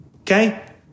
Okay